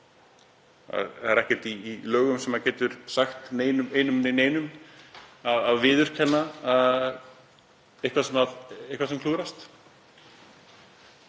Það er ekkert í lögum sem getur sagt einum né neinum að viðurkenna eitthvað sem klúðrast,